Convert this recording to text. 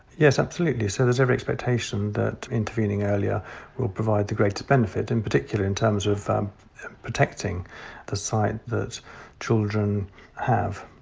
yes absolutely! so there's every expectation that intervening earlier will provide the greater benefit in particular in terms of protecting the sight that children have.